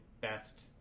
best